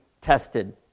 tested